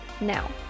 now